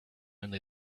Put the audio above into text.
only